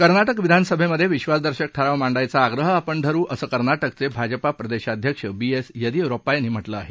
कर्नाटक विधानसभेमधे विश्वासदर्शक ठराव मांडायचा आग्रह आपण धर असं कर्नाटकचे भाजपा प्रदेशाध्यक्ष बी एस येदियुरप्पा यांनी म्हटलं आहे